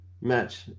match